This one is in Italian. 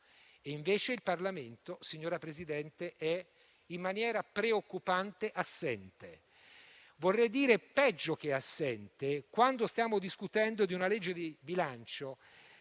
Invece il Parlamento, signora Presidente, è assente in maniera preoccupante. Vorrei dire peggio che assente, quando stiamo discutendo di una legge di bilancio